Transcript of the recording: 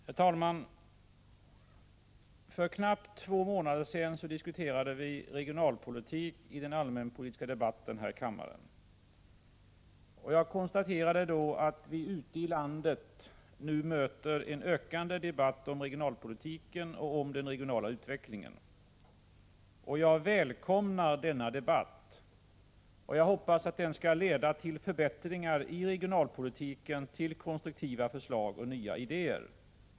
Herr talman! För knappt två månader sedan diskuterade vi regionalpolitik iden allmänpolitiska debatten här i kammaren. Jag konstaterade då att vi ute i landet nu möter en ökande debatt om regionalpolitiken och om den regionala utvecklingen. Jag välkomnar denna debatt och hoppas att den skall leda till förbättringar i regionalpolitiken, till konstruktiva förslag och nya idéer.